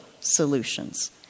solutions